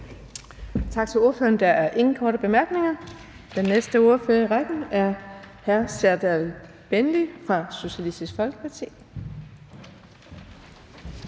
Tak til ordføreren. Der er ingen korte bemærkninger. Den næste ordfører i rækken er hr. Serdal Benli fra Socialistisk Folkeparti.